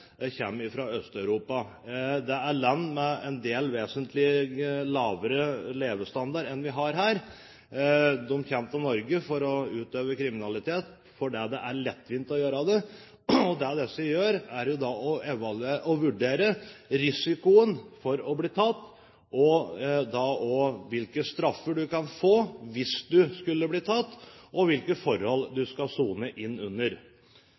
land med en del vesentlig lavere levestandard enn vi har her. De kommer til Norge for å utøve kriminalitet fordi det er lettvint å gjøre det. Det de gjør, er å vurdere risikoen for å bli tatt og også hvilke straffer de kan få hvis de skulle bli tatt, og hvilke forhold de skal sone under.